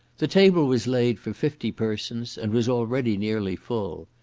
the table was laid for fifty persons, and was already nearly full.